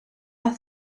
are